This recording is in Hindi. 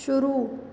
शुरू